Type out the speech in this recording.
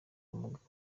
umugabo